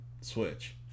Switch